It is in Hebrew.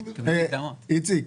איציק,